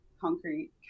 concrete